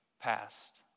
past